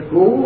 go